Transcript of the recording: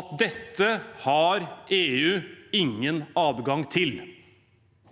at dette har EU ingen adgang til.